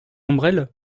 ombrelles